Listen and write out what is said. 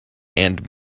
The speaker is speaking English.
and